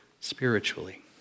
spiritually